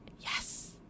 Yes